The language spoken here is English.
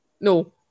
No